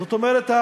זאת אומרת,